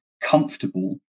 comfortable